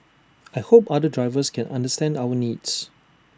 I hope other drivers can understand our needs